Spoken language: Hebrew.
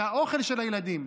מהאוכל של הילדים.